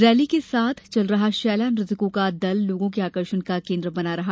rally के साथ चल रहा शैला नुतकों का दल लोगो के आकर्षण का केंद्र रहा